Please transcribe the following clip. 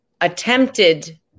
attempted